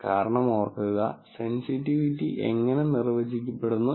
കാരണം ഓർക്കുക സെൻസിറ്റിവിറ്റി എങ്ങനെ നിർവചിക്കപ്പെടുന്നു എന്ന്